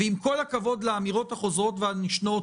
ועם כל הכבוד לאמירות החוזרות והנשנות,